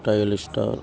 stylish star